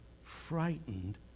frightened